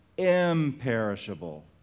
imperishable